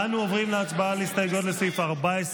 אנו עוברים להצבעה על הסתייגויות לסעיף 14,